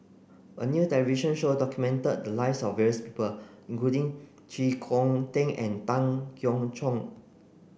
a new television show documented the lives of various people including Chee Kong Tet and Tan Keong Choon